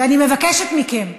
אני מבקשת מכם.